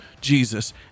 Jesus